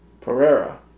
Pereira